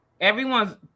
Everyone's